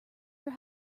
your